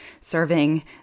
serving